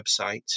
website